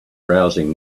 browsing